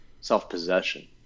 self-possession